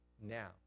now